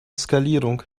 skalierung